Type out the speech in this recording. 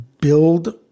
build